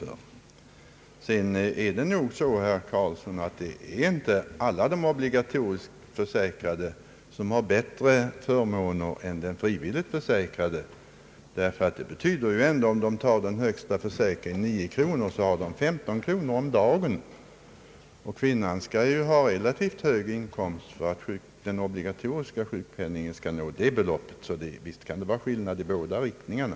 För övrigt förhåller det sig så, herr Carlsson, att inte alla obligatoriskt försäkrade har bättre förmåner än de frivilligt försäkrade. Om dessa tar den högsta försäkringen, 9 kronor, så har de 15 kronor om dagen, och en kvinna skall ha relativt hög inkomst för att den obligatoriska sjukpenningen skall nå det beloppet. Det kan alltså bli fråga om skillnader i båda riktningarna.